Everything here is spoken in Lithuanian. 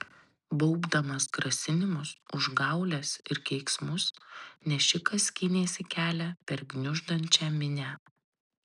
baubdamas grasinimus užgaules ir keiksmus nešikas skynėsi kelią per gniuždančią minią